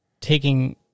taking